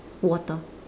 water